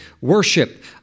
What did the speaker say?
worship